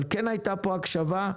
אבל הייתה פה הקשבה.